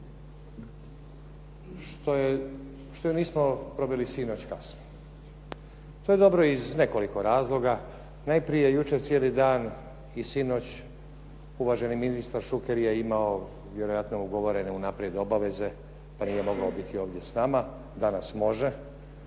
što je nismo proveli sinoć kasno. To je dobro iz nekoliko razloga. Najprije, jučer cijeli dan i sinoć uvaženi ministar Šuker je imao vjerojatno ugovorene unaprijed obaveze pa nije mogao biti ovdje s nama. Danas može